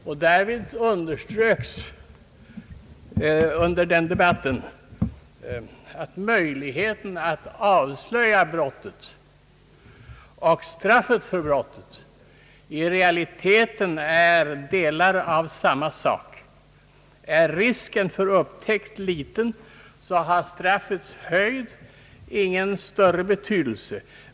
I den debatten underströks att möjligheten att avslöja ett brott och straffet för brottet i realiteten är delar av samma sak, Är risken för upptäckt liten, har straffets höjd ingen större betydelse.